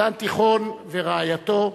דן תיכון ורעייתו,